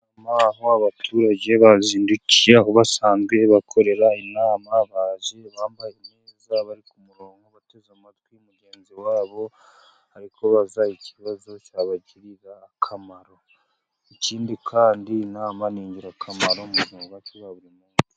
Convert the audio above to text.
Inama aho abaturage bazindukiye aho basanzwe bakorera inama, baje bambaye neza bari ku murongo bateze amatwi mugenzi wabo ari kubaza ikibazo cyabagirira akamaro. Ikindi kandi inama ni ingirakamaro mu buzima bwacu bwa buri munsi.